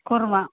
kurma